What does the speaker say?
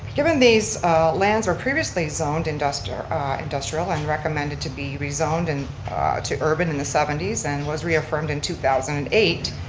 given these lands are previously zoned industrial industrial and recommended to be rezoned and to urban in the seventy s and was reaffirmed in two thousand and eight,